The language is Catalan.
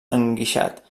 enguixat